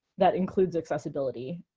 that includes accessibility.